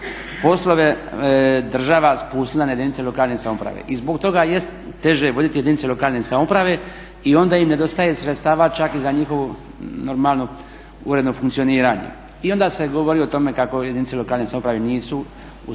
poslove država spustila na jedinice lokalne samouprave. I zbog toga jest teže voditi jedinice lokalne samouprave i onda im nedostaje sredstava čak i za njihovu normalno uredno funkcioniranje. I onda se govori o tome kako jedinice lokalne samouprave nisu u